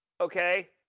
okay